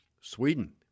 Sweden